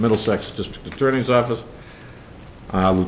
middlesex district attorney's office